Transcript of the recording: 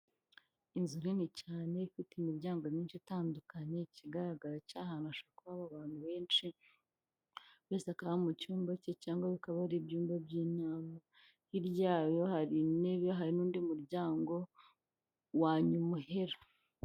Inzu nini cyane ifite imiryango myinshi itandukanye, ikigaragara cyo aha hantu habashobora kuba hari abantu benshi, buri wese akaba ari mu cyumba cye cyangwa hakaba hari ibyumba by'inama. hirya yayo hari intebe, hariwe n'undi muryango wa nyuma uhera.